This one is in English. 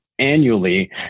annually